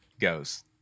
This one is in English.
goes